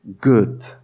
good